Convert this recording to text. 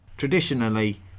Traditionally